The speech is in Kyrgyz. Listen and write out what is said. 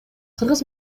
кыргыз